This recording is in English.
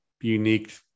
unique